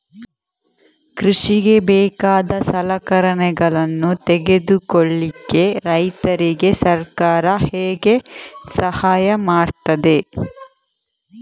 ಕೃಷಿಗೆ ಬೇಕಾದ ಸಲಕರಣೆಗಳನ್ನು ತೆಗೆದುಕೊಳ್ಳಿಕೆ ರೈತರಿಗೆ ಸರ್ಕಾರ ಹೇಗೆ ಸಹಾಯ ಮಾಡ್ತದೆ?